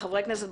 חברי הכנסת,